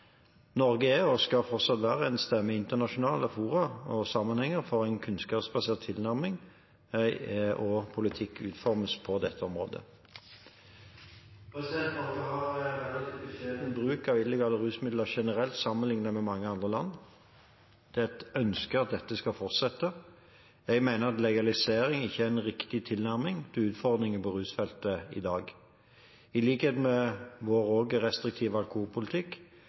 Norge er og skal fortsatt være en stemme i internasjonale fora og sammenhenger for en kunnskapsbasert tilnærming og politikkutforming på dette området. Norge har relativt beskjeden bruk av illegale rusmidler generelt sammenlignet med mange andre land, og det er et ønske at dette skal fortsette. Jeg mener at legalisering ikke er en riktig tilnærming til utfordringen på rusfeltet i dag. Jeg mener at forbudet, også i likhet med vår restriktive alkoholpolitikk,